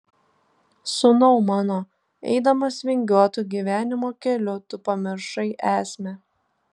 sūnau mano eidamas vingiuotu gyvenimo keliu tu pamiršai esmę